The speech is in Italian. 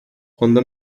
quando